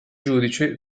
giudice